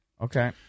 Okay